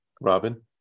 Robin